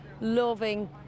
loving